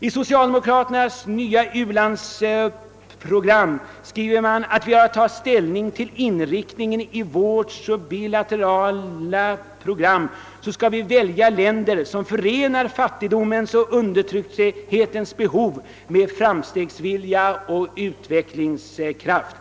I socialdemokraternas nya u-landsprogram heter det, att vi, när vi har att ta ställning till inriktningen i vårt bilaterala program, skall välja länder, som förenar fattigdomens och undertryckthetens behov med framstegsvilja och utvecklingskraft.